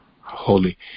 holy